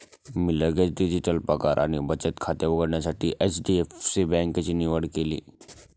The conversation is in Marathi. मी लगेच डिजिटल पगार आणि बचत खाते उघडण्यासाठी एच.डी.एफ.सी बँकेची निवड केली